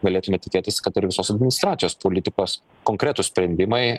galėtume tikėtis kad ir visos administracijos politikos konkretūs sprendimai